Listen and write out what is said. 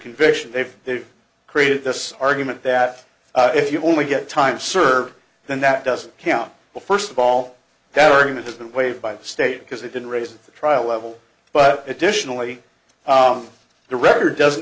conviction they've they've created this argument that if you only get time served then that doesn't count well first of all that argument has been waived by the state because it didn't raise the trial level but additionally on the record doesn't